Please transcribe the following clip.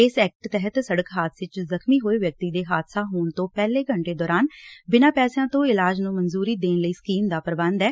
ਇਸ ਐਕਟ ਤਹਿਤ ਸੜਕ ਹਾਦਸੇ 'ਚ ਜਖਮੀ ਹੋਏ ਵਿਅਕਤੀ ਦੀ ਹਾਦਸਾ ਹੋਣ ਤੋਂ ਪਹਿਲੇ ਘੰਟੇ ਦੌਰਾਨ ਬਿਨਾ ਪੈਸਿਆਂ ਤੋਂ ਇਲਾਜ ਨੁੰ ਮੰਜੁਰੀ ਦੇਣ ਲਈ ਸਕੀਮ ਦਾ ਪੂਬੰਧ ਐ